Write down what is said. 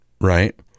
right